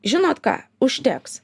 žinot ką užteks